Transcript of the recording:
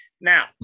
Now